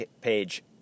page